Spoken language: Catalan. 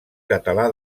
català